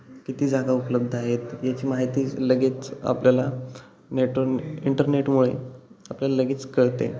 किती जागा उपलब्ध आहेत याची माहितीच लगेच आपल्याला नेटवर इंटरनेटमुळे आपल्याला लगेच कळते